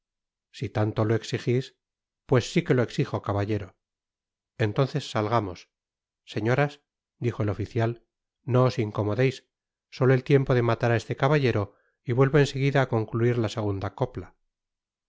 si tanto lo exigis pues si que lo exijo caballero entonces salgamos señoras dijo el oficial no os incomodeis solo el tiempo de matar á este caballero y vuelvo en seguida á concluir la segunda copla